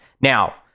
now